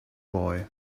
boy